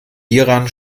hieran